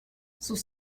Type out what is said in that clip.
sus